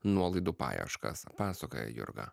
nuolaidų paieškas pasakoja jurga